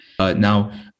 now